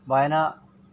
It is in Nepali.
भएन